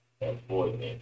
employment